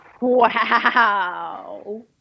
Wow